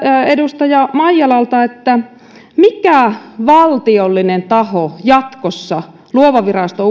edustaja maijalalta mikä valtiollinen taho jatkossa luova viraston